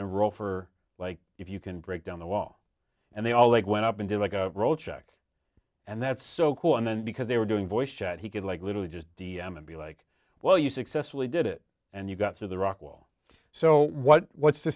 a role for like if you can break down the wall and they all like went up and do like a roach act and that's so cool and then because they were doing voice chat he could like literally just d m and be like well you successfully did it and you got to the rock wall so what